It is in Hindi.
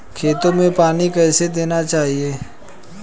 खेतों में पानी कैसे देना चाहिए?